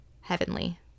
heavenly